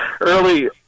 early